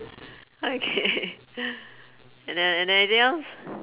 okay and then and then anything else